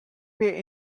pay